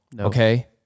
Okay